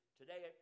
today